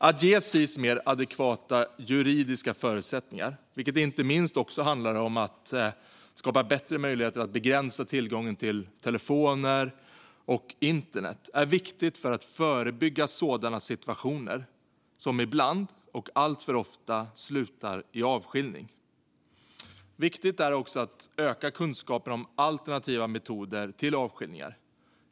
Att ge Sis mer adekvata juridiska förutsättningar, vilket inte minst också handlar om att skapa bättre möjligheter att begränsa tillgången till telefoner och internet, är viktigt för att förebygga sådana situationer som ibland och alltför ofta slutar i avskiljning. Det är också viktigt att öka kunskapen om alternativa metoder till avskiljningar.